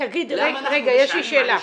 למה אנחנו -- יש לי שאלה.